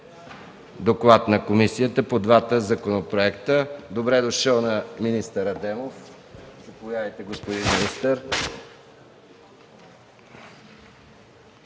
доклада по двата законопроекта? Добре дошъл на министър Адемов. Заповядайте, господин министър.